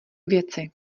věci